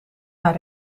haar